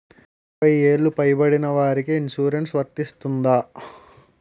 అరవై ఏళ్లు పై పడిన వారికి ఇన్సురెన్స్ వర్తిస్తుందా?